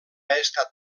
estat